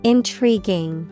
Intriguing